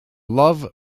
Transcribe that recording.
love